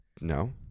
No